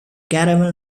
caramel